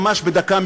ממש בדקה,